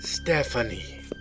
Stephanie